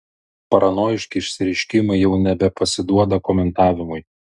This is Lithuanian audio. paranojiški išsireiškimai jau nebepasiduoda komentavimui